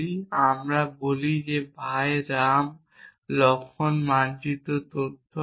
এবং আমি বলি ভাই রাম লক্ষ্মণ মানচিত্র সত্য হয়